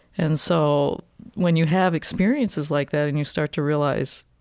and so when you have experiences like that, and you start to realize,